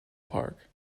park